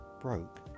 broke